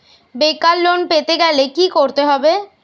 বেকার লোন পেতে গেলে কি করতে হবে?